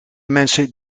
mensen